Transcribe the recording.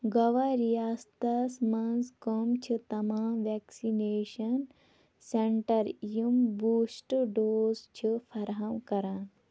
گَوا رِیاستس مَنٛز کٕم چھِ تمام ویکسِنیٚشن سینٹر یِم بوٗسٹہٕ ڈوز چھِ فراہَم کَران